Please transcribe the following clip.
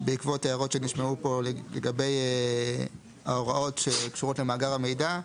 בעקבות הערות שנשמעו פה לגבי ההוראות שקשורות למאגר המידע,